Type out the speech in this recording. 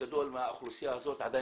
אבל קבוצת האוכלוסייה הזו טופלה באופן